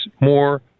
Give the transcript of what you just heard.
more